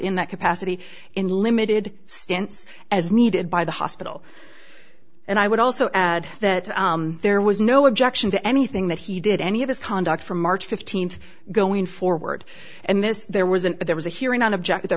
in that capacity in limited stints as needed by the hospital and i would also add that there was no objection to anything that he did any of his conduct from march fifteenth going forward and this there was an there was a hearing on object there